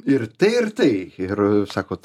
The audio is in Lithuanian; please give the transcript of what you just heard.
ir tai ir tai ir sakot